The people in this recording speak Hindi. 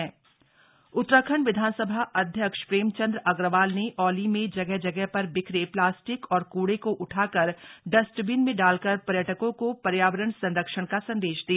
विधानसभा अध्यक्ष उत्तराखंड विधानसभा अध्यक्ष प्रेमचंद अग्रवाल ने औली में ने जगह जगह पर बिखरे प्लास्टिक और क्ड़े को उठाकर डस्टबिन में डाल कर पर्यटकों को पर्यावरण संरक्षण का संदेश दिया